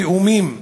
תאומים צעירים,